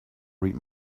read